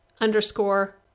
underscore